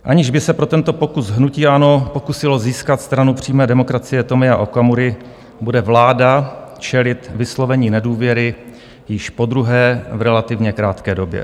Aniž by se pro tento pokus hnutí ANO pokusilo získat Stranu přímé demokracie Tomia Okamury, bude vláda čelit vyslovení nedůvěry již podruhé v relativně krátké době.